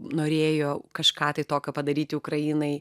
norėjo kažką tai tokio padaryti ukrainai